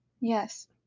yes